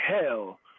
hell